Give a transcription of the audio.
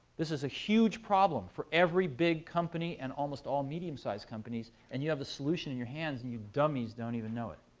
this is a huge problem for every big company, and almost all medium-sized companies, and you have a solution in your hands, and you dummies don't even know it.